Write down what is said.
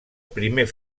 primer